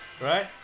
right